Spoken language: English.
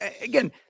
again